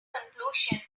conclusion